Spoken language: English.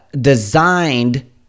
designed